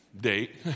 date